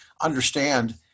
understand